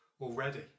already